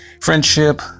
friendship